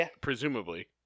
presumably